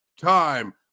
time